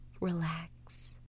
relax